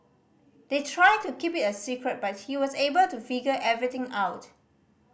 they tried to keep it a secret but he was able to figure everything out